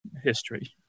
history